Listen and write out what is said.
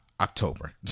October